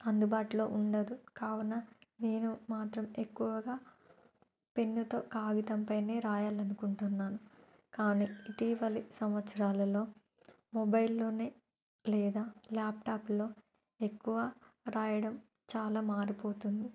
అందుబాటులో ఉండదు కావున నేను మాత్రం ఎక్కువగా పెన్నుతో కాగితంపైనే రాయాలనుకుంటున్నాను కానీ ఇటీవలి సంవత్సరాలలో మొబైల్లోనే లేదా ల్యాప్టాప్లో ఎక్కువ రాయడం చాలా మారిపోతుంది